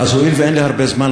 אז הואיל ואין לי הרבה זמן,